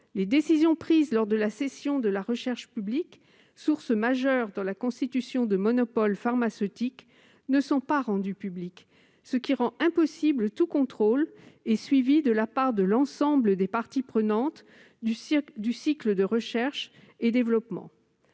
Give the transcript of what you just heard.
les décisions prises lors de la cession de la recherche publique, source majeure dans la constitution de monopoles pharmaceutiques, ne sont pas rendues publiques, ce qui rend impossible tout contrôle et suivi de la part de l'ensemble des parties prenantes du cycle de recherche et de développement.